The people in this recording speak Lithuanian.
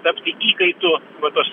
tapti įkaitu tos